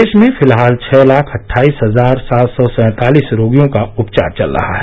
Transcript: देश में फिलहाल छः लाख अटठाईस हजार सात सौ सैंतालिस रोगियों का उपचार चल रहा है